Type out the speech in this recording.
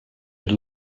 had